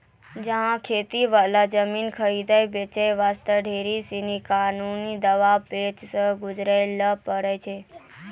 यहाँ खेती वाला जमीन खरीदै बेचे वास्ते ढेर सीनी कानूनी दांव पेंच सॅ गुजरै ल पड़ै छै